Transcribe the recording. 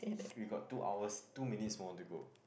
we got two hours two minutes more to go